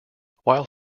while